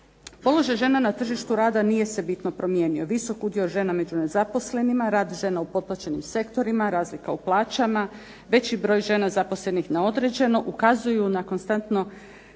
Položaj žena na tržištu rada nije se bitno promijenio, visok udio žena među nezaposlenima, rad žena u potplaćenim sektorima, razlika u plaćama, veći broj žena zaposlenih na određeno ukazuju na konstantno